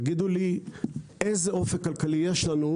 תגידו לי איזה אופק כלכלי יש לנו,